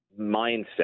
mindset